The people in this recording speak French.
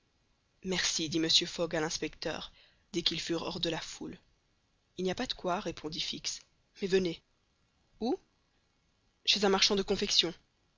merci dit mr fogg à l'inspecteur dès qu'ils furent hors de la foule il n'y a pas de quoi répondit fix mais venez où chez un marchand de confection